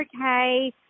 okay